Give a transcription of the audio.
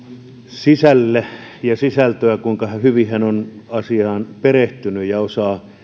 puheen sisältöä sitä kuinka hyvin hän on asiaan perehtynyt ja hän osaa